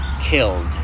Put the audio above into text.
killed